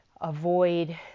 avoid